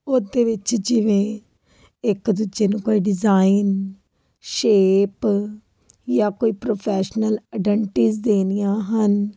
ਉਹਦੇ ਵਿੱਚ ਜਿਵੇਂ ਇੱਕ ਦੂਜੇ ਨੂੰ ਕੋਈ ਡਿਜ਼ਾਇਨ ਸ਼ੇਪ ਜਾਂ ਕੋਈ ਪ੍ਰੋਫੈਸ਼ਨਲ ਆਡੈਂਟੀਜ਼ ਦੇਣੀਆਂ ਹਨ